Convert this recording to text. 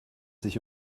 sich